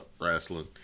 wrestling